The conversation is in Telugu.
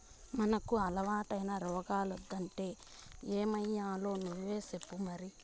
మనకు అలవాటైన రాగులొద్దంటే ఏమయ్యాలో నువ్వే సెప్పు మరి